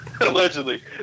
allegedly